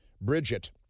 Bridget